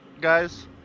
guys